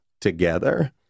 together